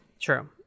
true